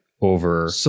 over